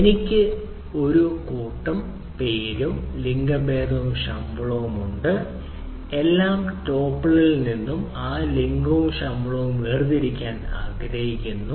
എനിക്ക് ഒരു കൂട്ടം പേര് ലിംഗഭേദം ശമ്പളം എന്നിവയുണ്ട് എല്ലാ ടോപ്പിളിൽ നിന്നും ആ ലിംഗവും ശമ്പളവും വേർതിരിച്ചെടുക്കാൻ ആഗ്രഹിക്കുന്നു